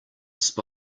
spy